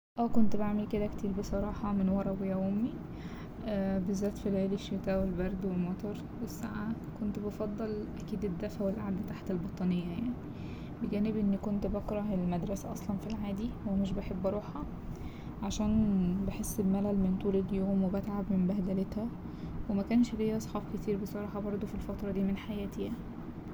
أه كنت بعمل كده كتير بصراحة من ورا أبويا وأمي بالذات في ليالي الشتا والبرد والمطر والسقعة كنت بفضل أكيد الدفا والقعده تحت البطانية يعني بجانب اني كنت بكره المدرسة أصلا في العادي ومش بحب اروحها عشان بحس بملل من طول اليوم و بتعب من بهدلتها ومكانش ليا صحاب كتير بصراحة بردو في الفترة دي من حياتي يعني.